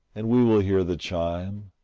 and we will hear the chime,